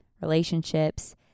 relationships